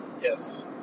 Yes